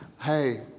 hey